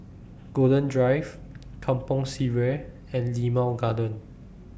Golden Drive Kampong Sireh and Limau Garden